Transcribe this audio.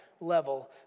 level